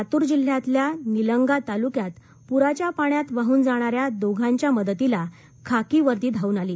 लातूर जिल्ह्यातल्या निलंगा तालुक्यात पुराच्या पाण्यात वाहन जाणाऱ्या दोघांच्या मदतीला खाकी वर्दी धावून आली